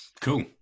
Cool